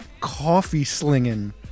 coffee-slinging